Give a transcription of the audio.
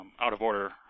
out-of-order